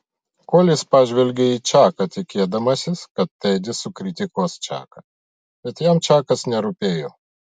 kolis pažvelgė į čaką tikėdamasis kad tedis sukritikuos čaką bet jam čakas nerūpėjo